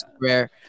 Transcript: rare